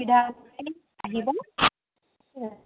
চিধা আহিব